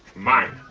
mine.